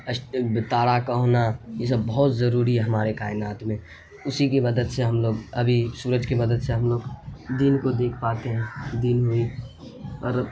تارا کا ہونا یہ سب بہت ضروری ہے ہمارے کائنات میں اسی کی مدد سے ہم لوگ ابھی سورج کی مدد سے ہم لوگ دن کو دیکھ پاتے ہیں دن میں مطلب